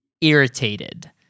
Irritated